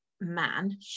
man